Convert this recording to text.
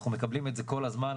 אנחנו מקבלים את זה כל הזמן.